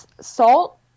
salt